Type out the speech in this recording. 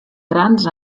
grans